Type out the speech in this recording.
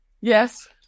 yes